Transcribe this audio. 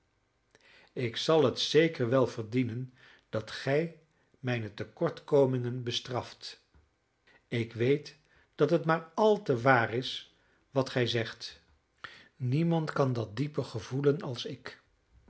ik zal het zeker wel verdienen dat gij mijne tekortkomingen bestraft ik weet dat het maar al te waar is wat gij zegt niemand kan dat dieper gevoelen dan ik